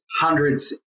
hundreds